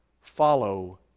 Follow